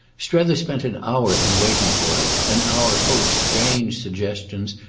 strether spent an hour in waiting for him an hour full of strange suggestions,